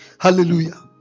Hallelujah